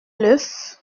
l’œuf